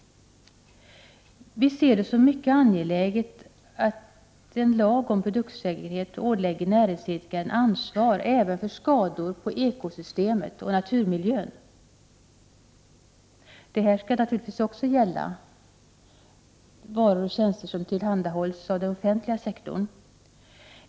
Vi ser det som mycket angeläget att en lag om produktsäkerhet ålägger näringsidkaren ansvar även för skador på ekosystemet och naturmiljön. Naturligtvis skall lagen också omfatta varor och tjänster som tillhandahålls av den offentliga sektorn.